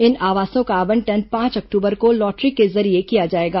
इन आवासों का आवंटन पांच अक्टूबर को लॉटरी के जरिये किया जाएगा